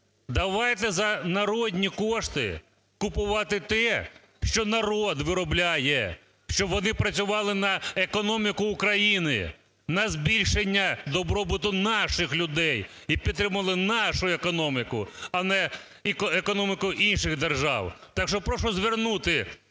Давайте за народні кошти купувати те, що народ виробляє, щоб вони працювали на економіку України, на збільшення добробуту наших людей і підтримували нашу економіку, а не економіку інших держав. Так що прошу звернути